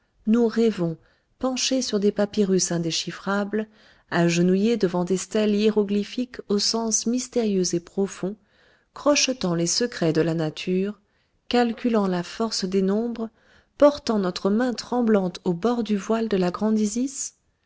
nous rêvons penchés sur des papyrus indéchiffrables agenouillés devant les stèles hiéroglyphiques aux sens mystérieux et profonds crochetant les secrets de la nature calculant la force des nombres portant notre main tremblante au bord du voile de la grande